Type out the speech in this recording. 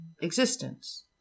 existence